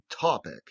topic